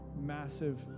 massive